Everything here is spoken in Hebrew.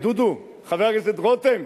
דודו, חבר הכנסת רותם.